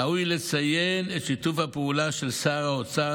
ראוי לציין את שיתוף הפעולה של שר האוצר,